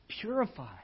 purify